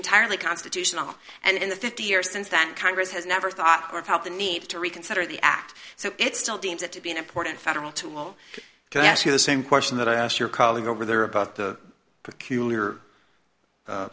entirely constitutional and in the fifty years since then congress has never thought or probably need to reconsider the act so it's still deems it to be an important federal tool to ask you the same question that i asked your colleague over there about the peculiar